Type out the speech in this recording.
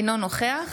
אינו נוכח